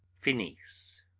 finis.